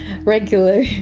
regular